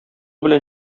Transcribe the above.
белән